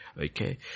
okay